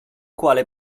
quale